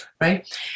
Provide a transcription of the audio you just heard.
right